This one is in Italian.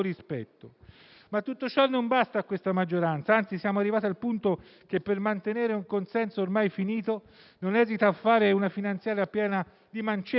Tutto ciò non basta a questa maggioranza; anzi, siamo arrivati al punto che, per mantenere un consenso ormai finito, non esita a varare una legge di bilancio piena di mancette,